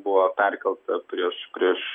buvo perkelta prieš prieš